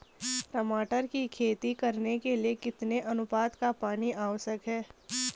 टमाटर की खेती करने के लिए कितने अनुपात का पानी आवश्यक है?